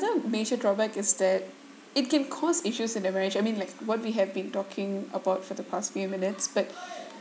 another major drawback is that it can cost issues in a marriage I mean like what we have been talking about for the past few minutes but